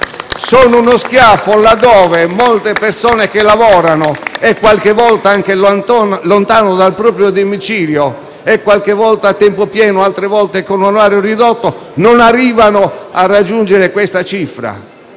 Sono uno schiaffo, laddove molte persone che lavorano, qualche volta anche lontano dal proprio domicilio, qualche volta a tempo pieno e altre volte con un orario ridotto, non arrivano a raggiungere questa cifra.